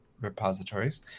repositories